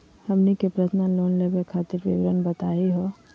हमनी के personal loan लेवे खातीर विवरण बताही हो?